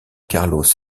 carlos